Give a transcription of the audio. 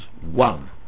one